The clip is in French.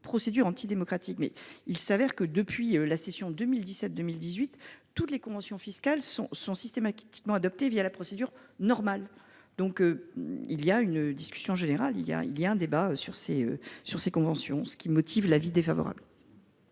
procédure antidémocratique, mais il s’avère que, depuis la session 2017 2018, les conventions fiscales sont systématiquement adoptées la procédure normale. Il y a bien une discussion générale et un débat sur ces conventions : avis défavorable.